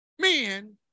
men